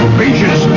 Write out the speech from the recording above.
beaches